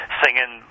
singing